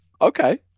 Okay